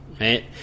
Right